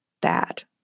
bad